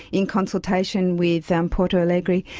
in consultation with um porto alegre,